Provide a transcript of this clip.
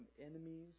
enemies